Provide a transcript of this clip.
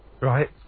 Right